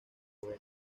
puede